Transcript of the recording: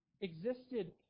existed